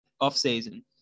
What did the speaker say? off-season